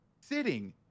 sitting